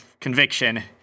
conviction